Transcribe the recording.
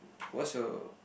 what's your